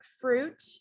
fruit